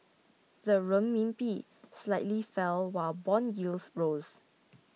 the Renminbi slightly fell while bond yields rose